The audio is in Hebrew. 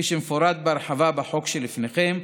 כפי שמפורט בהרחבה בחוק שלפניכם,